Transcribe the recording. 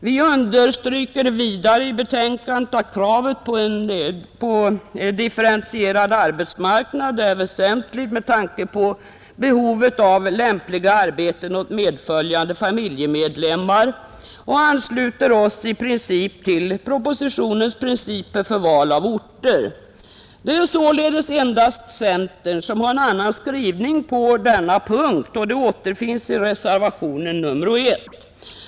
Vi understryker vidare i betänkandet att kravet på en differentierad arbetsmarknad är väsentligt med tanke på behovet av lämpliga arbeten åt medföljande familjemedlemmar och ansluter oss i princip till propositionens riktlinjer för val av orter. Endast centern har som sagt en annan skrivning på denna punkt, och den återfinns i reservation nr 1.